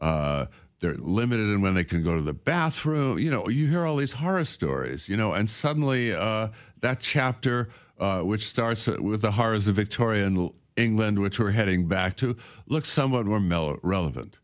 that they're limited and when they can go to the bathroom you know you hear all these horror stories you know and suddenly that chapter which starts with the horrors of victorian england which we're heading back to look somewhat more mellow relevant